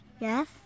Yes